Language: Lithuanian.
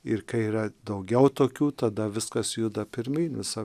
ir kai yra daugiau tokių tada viskas juda pirmyn visa